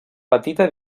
petita